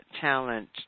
talent